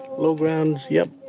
law grounds, yep,